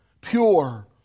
pure